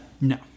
No